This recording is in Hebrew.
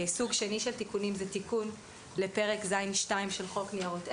סוג שני של תיקונים זה תיקון לפרק ז'2 של חוק ניירות ערך,